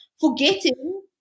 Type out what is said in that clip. Forgetting